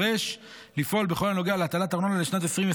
לפקודה לא חל על קבלת החלטת מועצה לגבי שנת 2024,